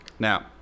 Now